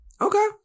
Okay